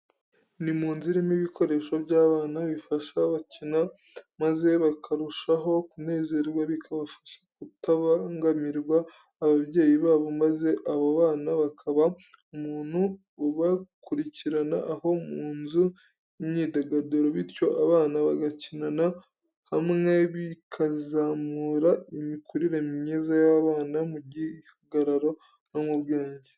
Ni mu nzu irimo ibikinisho by'abana bifashisha bakina maze bakarushaho kunezerwa bikabafasha kutabangamira ababyeyi babo maze abo bana bakabaha umuntu ubakurirana aho mu nzu y'imyidaguriro, bityo abana bagakinana hamwe bikazamura imikurire myiza y'abana mu gihagararo no mu bwenge.